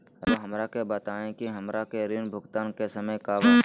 रहुआ हमरा के बताइं कि हमरा ऋण भुगतान के समय का बा?